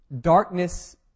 Darkness